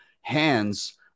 hands